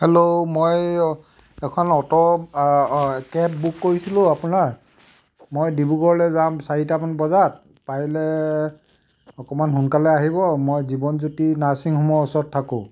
hello মই এখন auto uh cab book কৰিছিলোঁ আপোনাৰ মই ডিব্ৰুগড়লৈ যাম চাৰিটামান বজাত পাৰিলে অকণমান সোনকালে আহিব মই জীৱনজ্যোতি নাৰ্ছিং হোমৰ ওচৰত থাকোঁ